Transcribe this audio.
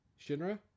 Shinra